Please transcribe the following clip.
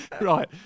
right